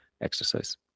exercise